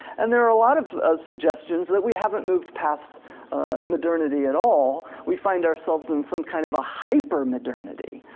and there are a lot of suggestions that we haven't moved past modernity at all. we find ourselves in some kind of a hyper modernity,